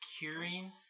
curing